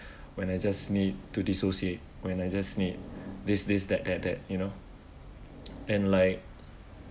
when I just need to dissociate when I just need this this that that that you know and like